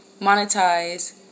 monetize